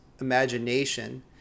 imagination